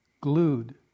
glued